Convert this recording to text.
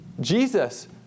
Jesus